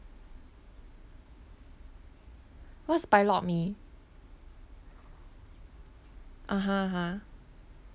what's bai lok mee (uh huh) (uh huh)